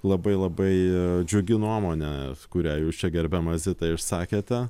labai labai džiugi nuomonė kurią jūs čia gerbiama zita išsakėte